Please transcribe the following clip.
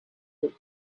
that